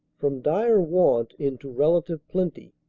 from dire want into relative plenty.